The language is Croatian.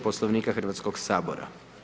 Poslovnika Hrvatskoga sabora.